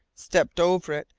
stepped over it,